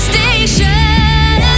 Station